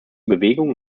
bewegung